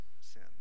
sin